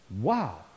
Wow